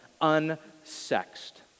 unsexed